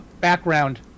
background